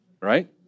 right